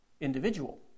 individual